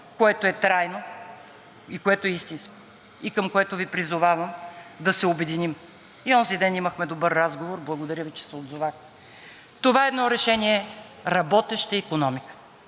което е трайно, което е истинско и към което Ви призовавам да се обединим. И онзиден имахме добър разговор, благодаря Ви, че се отзовахте. Това е едно решение – работеща икономика.